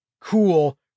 cool